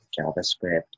JavaScript